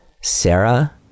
Sarah